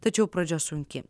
tačiau pradžia sunki